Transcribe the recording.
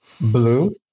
Blue